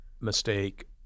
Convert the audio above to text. mistake